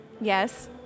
Yes